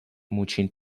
موچین